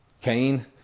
Cain